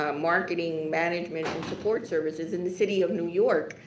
ah marketing, manage manage and support services in the city of new york,